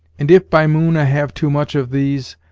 and if by moon i have too much of these,